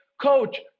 Coach